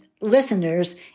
listeners